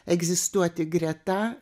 egzistuoti greta